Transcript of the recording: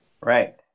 Right